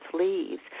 leaves